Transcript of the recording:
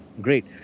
Great